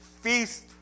feast